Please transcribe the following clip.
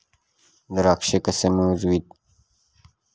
द्राक्षे कशी मोजावीत?